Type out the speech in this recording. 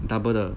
double the